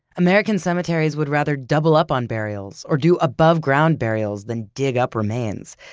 american cemeteries would rather double up on burials or do above-ground burials than dig up remains.